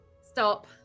Stop